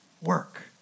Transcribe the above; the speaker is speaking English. work